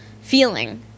feeling